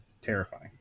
terrifying